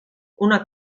una